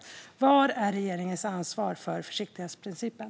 Var är regeringens ansvar för försiktighetsprincipen?